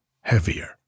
heavier